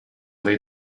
lead